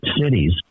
cities